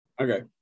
Okay